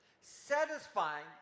satisfying